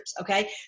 Okay